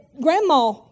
Grandma